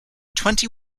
twenty